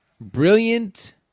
Brilliant